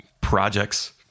projects